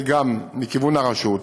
גם מכיוון הרשות,